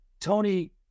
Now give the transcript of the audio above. Tony